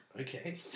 Okay